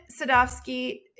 Sadovsky